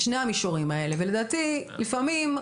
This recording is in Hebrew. את שני 5המישורים האלה ולדעתי לפעמים,